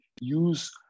use